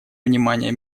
внимания